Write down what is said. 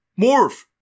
Morph